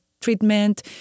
treatment